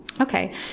Okay